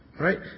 Right